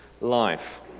life